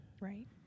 Right